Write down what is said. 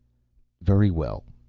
very well.